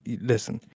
listen